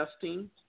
testing